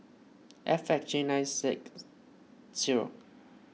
F X J nine Z zero